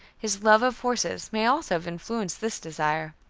his love of horses may also have influenced this desire.